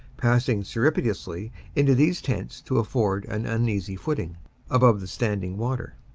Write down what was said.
passing surrepti tiously into these tents to afford an uneasy footing above the standing water.